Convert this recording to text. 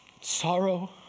sorrow